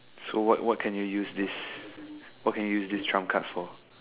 so what what can you use this what can you use this trump card for